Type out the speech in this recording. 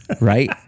right